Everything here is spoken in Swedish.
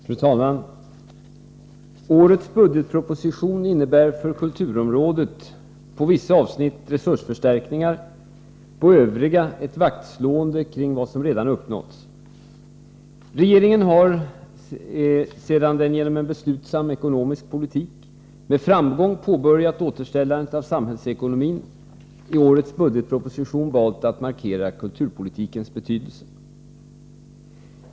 Fru talman! Årets budgetproposition innebär för kulturområdet på vissa avsnitt resursförstärkningar, på övriga ett vaktslående kring vad som redan uppnåtts. Regeringen har, sedan den genom en beslutsam ekonomisk politik med framgång påbörjat återställandet av samhällsekonomin, i årets budgetproposition valt att markera kulturpolitikens betydelse.